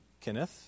Kenneth